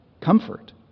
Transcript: Comfort